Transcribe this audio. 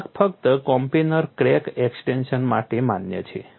આ ફક્ત coplanar crack extension માટે માન્ય છે